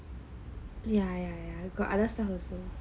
ya ya got other name also